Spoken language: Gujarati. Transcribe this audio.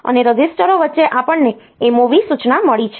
અને રજીસ્ટરો વચ્ચે આપણને MOV સૂચના મળી છે